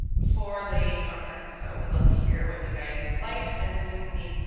for the conference, so we love to hear what you guys liked and didn't need,